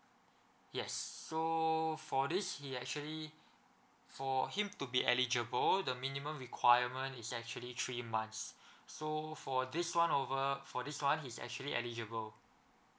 yes so for this he actually for him to be eligible the minimum requirement is actually three months so for this one over for this one he's actually eligible